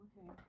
Okay